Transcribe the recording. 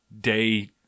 day